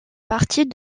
partie